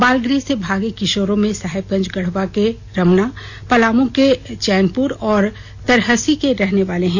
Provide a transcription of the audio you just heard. बालगृह से भागे किशोरों में साहेबगंज गढ़वा के रमना पलामू के चैनपुर और तरहसी के रहने वाले हैं